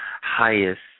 highest